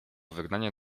wygnanie